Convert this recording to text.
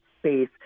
space